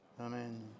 Amen